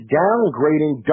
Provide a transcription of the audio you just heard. downgrading